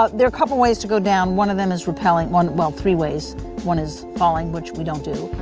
ah there a couple of ways to go down. one of them is rappelling. one well, three ways one is falling, which we don't do.